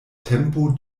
tempo